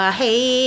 hey